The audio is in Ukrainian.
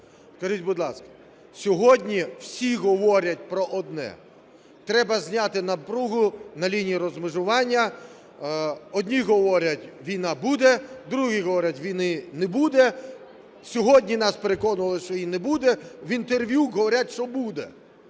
Скажіть, будь ласка, сьогодні всі говорять про одне – треба зняти напругу на лінії розмежування. Одні говорять – війна буде, другі говорять – війни не буде, сьогодні нас переконували, що її не буде, в інтерв'ю говорять, що буде.